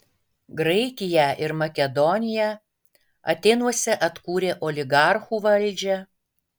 graikiją ir makedoniją atėnuose atkūrė oligarchų valdžią